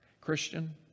Christian